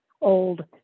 old